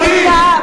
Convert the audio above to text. בוא,